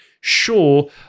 sure